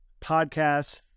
podcasts